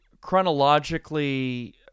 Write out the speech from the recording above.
chronologically